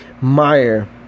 Meyer